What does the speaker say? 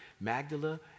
Magdala